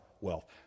wealth